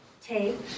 take